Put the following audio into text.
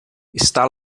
está